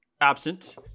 absent